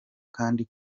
kandi